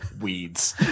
weeds